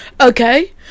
Okay